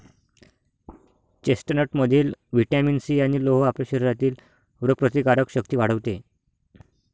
चेस्टनटमधील vitamin C आणि लोह आपल्या शरीरातील रोगप्रतिकारक शक्ती वाढवते